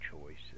choices